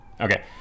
okay